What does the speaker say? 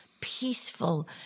peaceful